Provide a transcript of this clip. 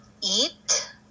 Eat